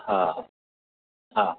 हा हा